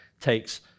takes